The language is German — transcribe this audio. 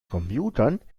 computern